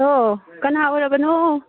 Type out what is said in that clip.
ꯑꯣ ꯀꯅꯥ ꯑꯣꯏꯔꯕꯅꯣ